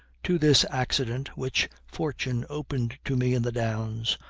to this accident, which fortune opened to me in the downs,